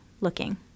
looking